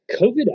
COVID